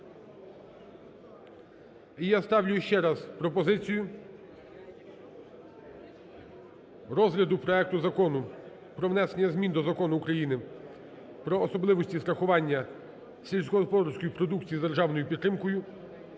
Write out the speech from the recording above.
І я ставлю ще раз пропозицію розгляду проекту Закону про внесення змін до Закону України "Про особливості страхування сільськогосподарської продукції з державною підтримкою"